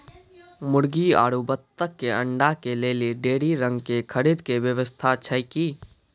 मुर्गी आरु बत्तक के अंडा के लेली डेयरी रंग के खरीद के व्यवस्था छै कि?